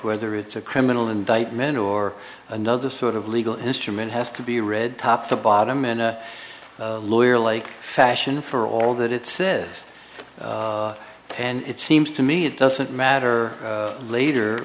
whether it's a criminal indictment or another sort of legal instrument has to be read top to bottom in a lawyer like fashion for all that it says and it seems to me it doesn't matter later